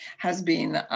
has been